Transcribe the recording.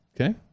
Okay